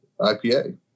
IPA